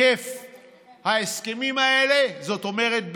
זאת אומרת,